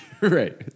Right